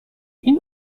این